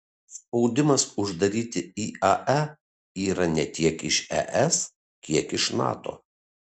spaudimas uždaryti iae yra ne tiek iš es kiek iš nato